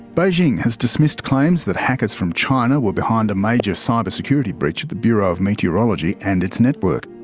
beijing has dismissed claims that hackers from china were behind a major cyber security breach at the bureau of meteorology and its network.